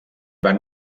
van